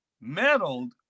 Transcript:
meddled